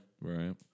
Right